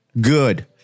good